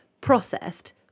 processed